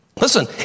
Listen